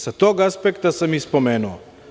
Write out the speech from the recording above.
Sa tog aspekta sam i spomenuo.